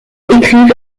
écrivent